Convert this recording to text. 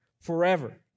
forever